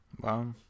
Wow